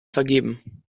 vergeben